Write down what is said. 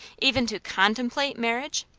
even to contemplate marriage?